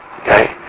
okay